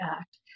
Act